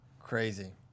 Crazy